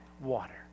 water